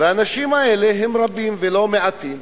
והאנשים האלה הם רבים ולא מעטים.